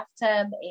bathtub